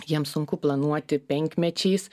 jiems sunku planuoti penkmečiais